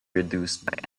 reduced